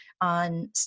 on